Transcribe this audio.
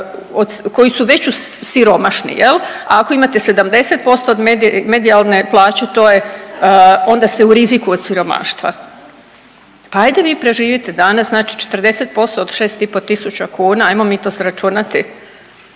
koji su već siromašni, je li? A ako imate 70% medijalne plaće, to je, onda ste u riziku od siromaštva pa ajde vi preživite danas, znači 40% od 6,5 tisuća kuna, ajmo mi to sračunati.